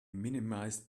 minimized